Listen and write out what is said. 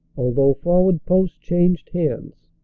although forward posts changed hands.